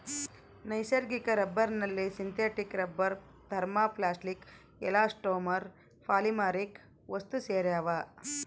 ನೈಸರ್ಗಿಕ ರಬ್ಬರ್ನಲ್ಲಿ synthetic rubber thermoplastic elastomer polymeric ವಸ್ತುಸೇರ್ಯಾವ